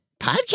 podcast